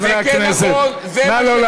זה לא נכון, חברי הכנסת, זה כן נכון.